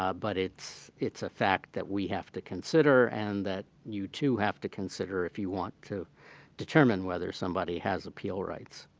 ah but it's it's a fact that we have to consider and that you, too, have to consider if you want to determine whether somebody has appeal rights.